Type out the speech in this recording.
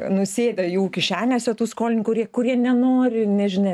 nusėda jų kišenėse tų skolininkų ir jie kurie nenori nežinia